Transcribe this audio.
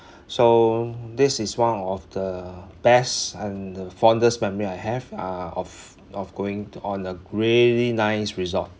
so this is one of the best and the fondest memory I have uh of of going to on a really nice resort